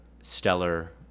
stellar